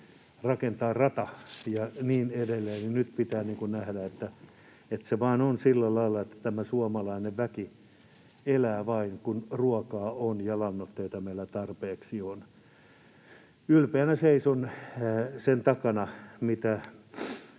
rakentaa rata ja niin edelleen, niin nyt pitää nähdä, että se vain on sillä lailla, että tämä suomalainen väki elää vain, kun ruokaa on ja lannoitteita meillä tarpeeksi on. Ylpeänä seison sen takana, mitä